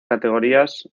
categorías